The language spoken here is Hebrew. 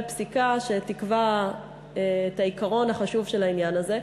פסיקה שתקבע את העיקרון החשוב של העניין הזה.